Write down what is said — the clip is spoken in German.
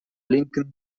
linken